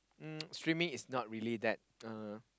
um streaming is not really that uh